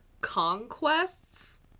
conquests